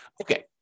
Okay